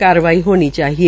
कारवाई होनी चाहिए